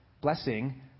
blessing